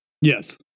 Yes